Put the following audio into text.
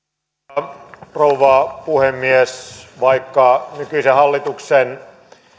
arvoisa rouva puhemies vaikka nykyisen hallituksen